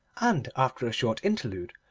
and after a short interlude,